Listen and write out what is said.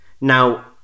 Now